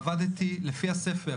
עבדתי לפי הספר.